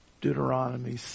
Deuteronomy